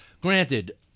Granted